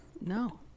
No